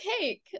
cake